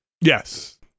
yes